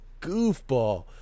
goofball